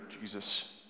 Jesus